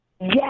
Yes